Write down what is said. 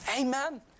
Amen